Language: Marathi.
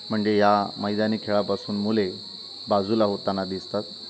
म्हणजे या मैदानी खेळापासून मुले बाजूला होताना दिसतात